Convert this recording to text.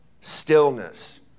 stillness